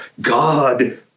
God